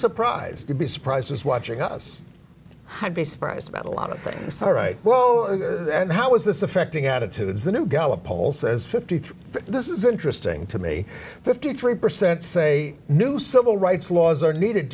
surprised to be surprised was watching us i'd be surprised about a lot of things right well and how is this affecting attitudes the new gallup poll says fifty three this is interesting to me fifty three percent say new civil rights laws are needed